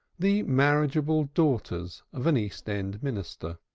the marriageable daughters of an east-end minister.